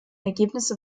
ergebnisse